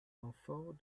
renfort